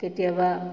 কেতিয়াবা